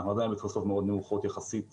אנחנו עדיין בתפוסות נמוכות מאוד יחסית